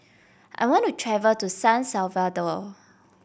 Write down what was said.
I want to travel to San Salvador